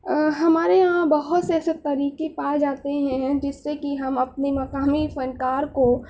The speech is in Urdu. ہمارے یہاں بہت سے ایسے طریقے پائے جاتے ہیں جس سے کہ ہم اپنے مقامی فنکار کو